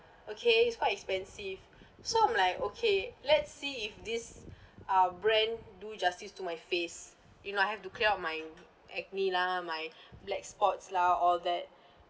okay it's quite expensive so I'm like okay let's see if this uh brand do justice to my face you know I have to clear out my acne lah my black spots lah all that